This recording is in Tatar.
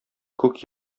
күк